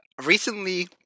recently